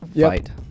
Fight